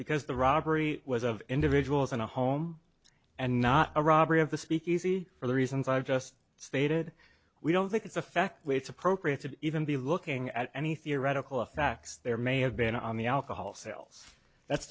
because the robbery was of individuals in a home and not a robbery of the speakeasy for the reasons i've just stated we don't think it's a fact it's appropriate to even be looking at any theoretical of facts there may have been on the alcohol sales that's